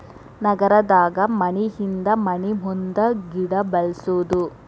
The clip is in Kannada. ನಗರದಾಗ ಮನಿಹಿಂದ ಮನಿಮುಂದ ಗಿಡಾ ಬೆಳ್ಸುದು